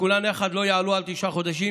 שכולן יחד לא יעלו על תשעה חודשים,